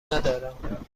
ندارم